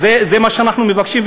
זה מה שאנחנו מבקשים.